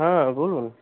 হ্যাঁ বলুন